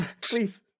Please